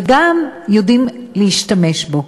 וגם יודעים להשתמש בו.